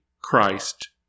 Christ